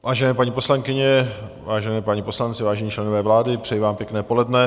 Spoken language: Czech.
Vážené paní poslankyně, vážení páni poslanci, vážení členové vlády, přeji vám pěkné poledne.